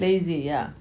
lazy yeah